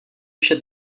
vše